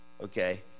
okay